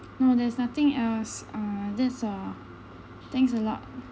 no there's nothing else uh that's all thanks a lot